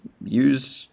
use